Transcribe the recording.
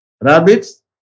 Rabbits